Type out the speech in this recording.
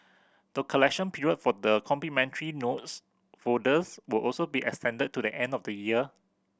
the collection period for the complimentary notes folders will also be extended to the end of the year